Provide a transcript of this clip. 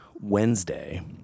Wednesday